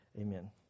amen